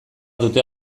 dute